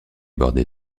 bordée